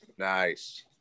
Nice